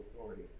authority